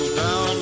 down